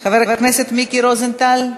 חבר הכנסת מיקי רוזנטל,